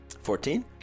Fourteen